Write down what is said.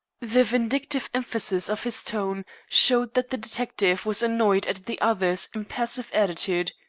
the vindictive emphasis of his tone showed that the detective was annoyed at the other's impassive attitude.